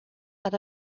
that